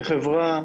כחברה,